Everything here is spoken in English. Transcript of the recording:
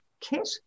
kit